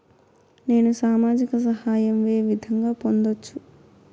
నేను సామాజిక సహాయం వే విధంగా పొందొచ్చు?